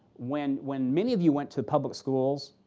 when when many of you went to public schools,